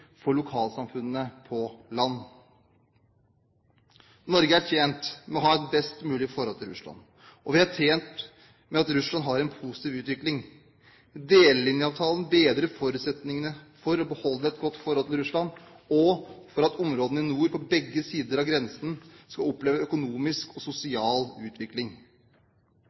for lokalsamfunnene på land. Norge er tjent med å ha et best mulig forhold til Russland, og vi er tjent med at Russland har en positiv utvikling. Delelinjeavtalen bedrer forutsetningene for å beholde et godt forhold til Russland, og for at områdene i nord på begge sider av grensen skal oppleve økonomisk og sosial utvikling.